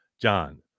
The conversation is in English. John